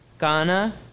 Ghana